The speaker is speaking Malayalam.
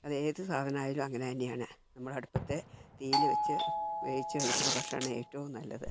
അത് ഏത് സാധനമായാലും അങ്ങനെ തന്നെയാണ് നമ്മൾ അടുപ്പത്ത് തീയിൽ വെച്ച് വേവിച്ച് കഴിക്കുന്ന ഭക്ഷണമാണ് ഏറ്റോം നല്ലത്